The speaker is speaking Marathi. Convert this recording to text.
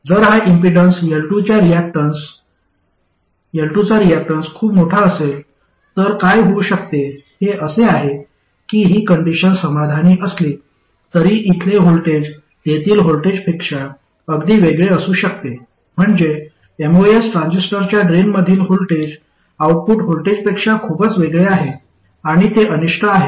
जर हा इम्पीडन्स L2 चा रियाक्टन्स खूप मोठा असेल तर काय होऊ शकते हे असे आहे की ही कंडिशन समाधानी असली तरी इथले व्होल्टेज तेथील व्होल्टेजपेक्षा अगदी वेगळे असू शकते म्हणजे एमओएस ट्रान्झिस्टरच्या ड्रेनमधील व्होल्टेज आउटपुट व्होल्टेजपेक्षा खूपच वेगळे आहे आणि ते अनिष्ट आहे